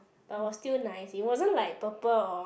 but we still nice it wasn't like purple or